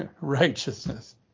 righteousness